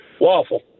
waffle